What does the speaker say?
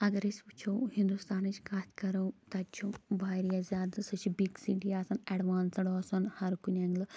اگر أسۍ وٕچھو ہِنٛدوستانِچ کَتھ کَرَو تَتہ چھُ واریاہ زیادٕ سُہ چھِ بِگ سِٹی ایٚڈوانسٕڈ آسان ہر کُنہِ ایٚنگلہٕ